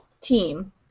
team